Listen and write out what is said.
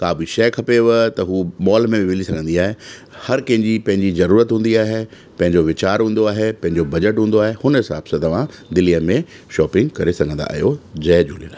का बि शइ खपेव त हू मॉल में बि मिली सघंदी आहे हर कंहिंजी पंहिंजी ज़रूरत हूंदी आहे पंहिंजो वीचारु हूंदो आहे पंहिंजो बजट हूंदो आहे हुन हिसाब सां तव्हां दिल्लीअ में शोपिंग करे सघंदा आहियो जय झूलेलाल